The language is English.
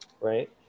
Right